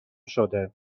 شده